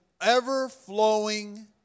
ever-flowing